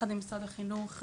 ביחד עם משרד החינוך,